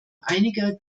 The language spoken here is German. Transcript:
einiger